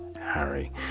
Harry